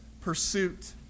pursuit